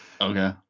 Okay